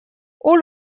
all